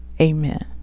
amen